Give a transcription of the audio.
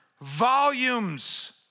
volumes